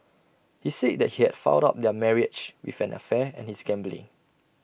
he said that he had fouled up their marriage with an affair and his gambling